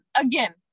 again